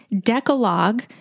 Decalogue